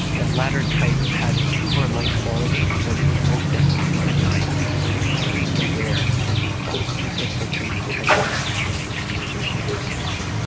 the latter type has tumour-like qualities but is most definitely benign and extremely rare for the deep infiltrating type of endometriosis to be associated with cancer.